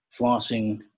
flossing